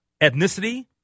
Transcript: ethnicity